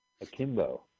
Akimbo